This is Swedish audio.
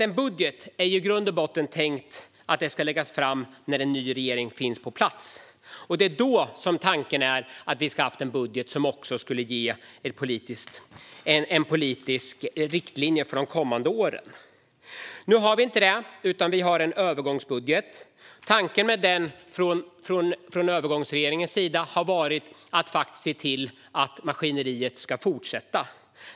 En budget är i grund och botten tänkt att läggas fram när en ny regering finns på plats. Det är då som tanken är att vi ska ha en budget som också ska ge en politisk riktlinje för de kommande åren. Nu har vi inte det, utan vi har en övergångsbudget. Tanken med den från övergångsregeringens sida har varit att se till att maskineriet faktiskt kan fortsätta.